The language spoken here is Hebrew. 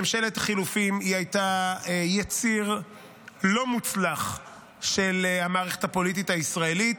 ממשלת חילופים הייתה יציר לא מוצלח של המערכת הפוליטית הישראלית.